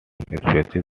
species